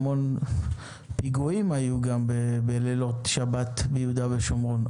המון פיגועים היו גם בלילות שבת ביהודה ושומרון.